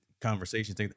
conversations